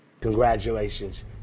congratulations